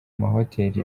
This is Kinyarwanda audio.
mahoteli